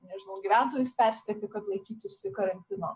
nežinau gyventojus perspėti kad laikytųsi karantino